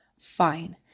Fine